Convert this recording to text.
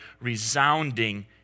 resounding